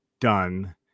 done